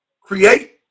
create